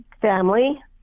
Family